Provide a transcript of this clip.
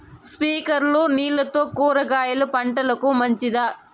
స్ప్రింక్లర్లు నీళ్లతో కూరగాయల పంటకు మంచిదా?